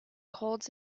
colds